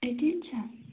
eighteen چھےٚ